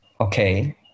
okay